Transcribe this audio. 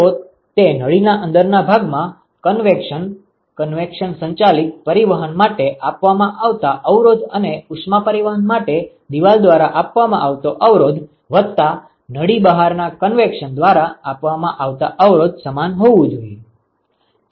તો તે નળીના અંદરના ભાગમાં કન્વેક્શન કન્વેક્શન સંચાલિત પરિવહન માટે આપવામાં આવતા અવરોધ અને ઉષ્મા પરિવહન માટે દિવાલ દ્વારા આપવામાં આવતા અવરોધ વત્તા નળી બહારના કન્વેક્શન દ્વારા આપવામાં આવતા અવરોધ સમાન હોવું જોઈએ